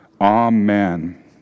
Amen